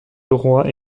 droit